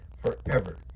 forever